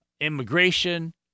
immigration